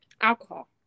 alcohol